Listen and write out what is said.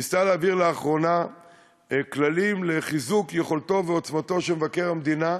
ניסתה להעביר לאחרונה כללים לחיזוק יכולתו ועוצמתו של מבקר המדינה,